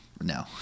No